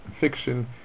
fiction